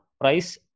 price